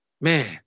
man